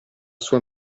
sua